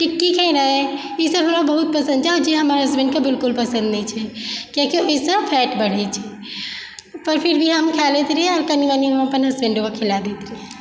टिक्की खेनाइ ई सब हमरा बहुत पसन्द छै आओर जे हमर हसबैन्डके बिलकुल पसन्द नहि छै किएक कि ओइसँ फैट बढ़य छै पर फिर भी हम खा लैत रहियइ आओर कनि मनि अपन हसबैंडोके खिला दैत रहियइ